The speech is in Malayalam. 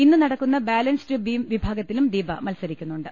ഇന്ന് നടക്കുന്ന ബാലൻസ്ഡ് ബീം വിഭാ ഗത്തിലും ദീപ മത്സരിക്കുന്നുണ്ട്